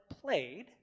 played